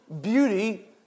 beauty